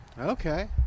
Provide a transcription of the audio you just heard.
Okay